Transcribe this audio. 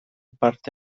parte